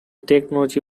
technology